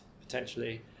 potentially